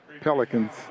Pelicans